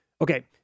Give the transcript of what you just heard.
Okay